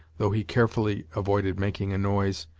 though he carefully avoided making a noise,